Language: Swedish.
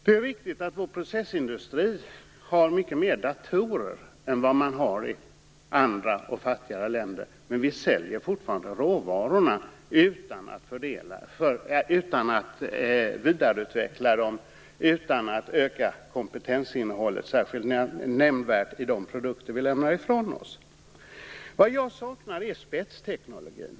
Det är riktigt att vår processindustri har mycket mer datorer jämfört med hur det är i andra och fattigare länder, men vi säljer fortfarande råvarorna utan att vidareutveckla dem och utan att öka kompetensinnehållet särskilt nämnvärt när det gäller de produkter som vi lämnar ifrån oss. Vad jag saknar är spetsteknologin.